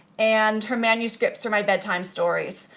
and her manuscripts were my bedtime stories.